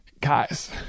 guys